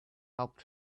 helped